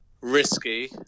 risky